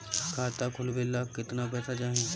खाता खोलबे ला कितना पैसा चाही?